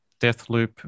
Deathloop